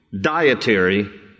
dietary